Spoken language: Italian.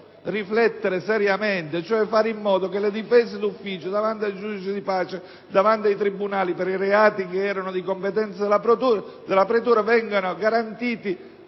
questo riflettere seriamente e fare in modo che la difesa d'ufficio davanti al giudice di pace, davanti ai tribunali, per i reati che erano di competenza della pretura, venga garantita